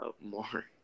more